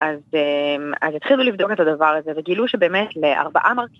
אז התחילו לבדוק את הדבר הזה, וגילו שבאמת לארבעה